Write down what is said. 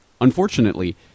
Unfortunately